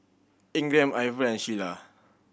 Ingram Iver and Shiela